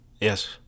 Yes